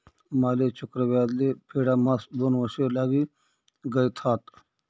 माले चक्रव्याज ले फेडाम्हास दोन वर्ष लागी गयथात